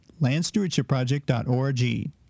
landstewardshipproject.org